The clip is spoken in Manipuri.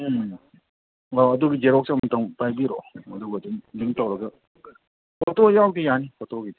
ꯎꯝ ꯑꯣ ꯑꯗꯨꯒꯤ ꯖꯦꯔꯣꯛꯁ ꯑꯃꯃꯝꯇꯪ ꯄꯥꯏꯕꯤꯔꯛꯑꯣ ꯑꯗꯨꯒ ꯑꯗꯨꯝ ꯂꯤꯡ ꯇꯧꯔꯒ ꯐꯣꯇꯣ ꯌꯥꯎꯗ ꯌꯥꯅꯤ ꯐꯣꯇꯣꯒꯤꯗꯤ